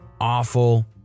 awful